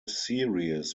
series